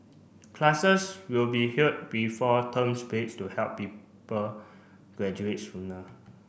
classes will be held before terms breaks to help people graduate sooner